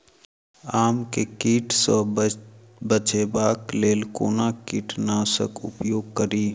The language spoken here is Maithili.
आम केँ कीट सऽ बचेबाक लेल कोना कीट नाशक उपयोग करि?